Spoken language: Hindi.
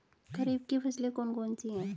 खरीफ की फसलें कौन कौन सी हैं?